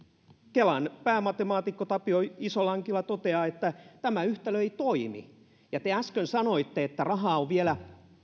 kelan päämatemaatikko tapio isolankila toteaa että yhtälö ei toimi ja kun te äsken sanoitte että rahaa on vielä